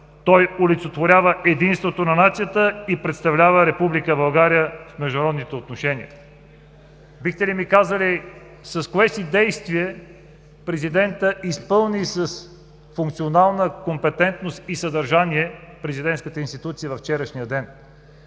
той олицетворява единството на нацията и представлява Република България в международните отношения. Бихте ли ми казали с кое си действие президентът изпълни с функционална компетентност и съдържание президентската институция във вчерашния ден?